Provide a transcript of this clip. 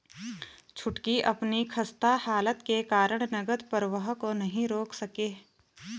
छुटकी अपनी खस्ता हालत के कारण नगद प्रवाह को नहीं रोक सके